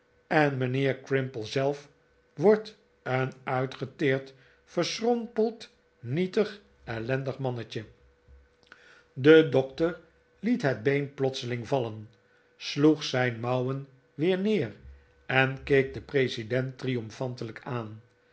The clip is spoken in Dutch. en mijnheer crimple zelf wordt een uitgeteerd verschrompeld nietig ellendig mannetje de dokter liet het been plotseling vallen sloeg zijn mouwen weer neer en keek den president triomfantelijk aan